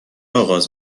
آغاز